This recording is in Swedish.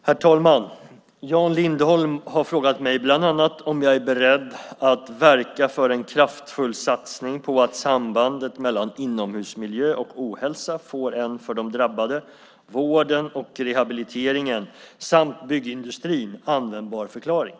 Herr talman! Jan Lindholm har frågat mig bland annat om jag är beredd att verka för en kraftfull satsning på att sambandet mellan inomhusmiljö och ohälsa får en för de drabbade, vården och rehabiliteringen samt byggindustrin användbar förklaring.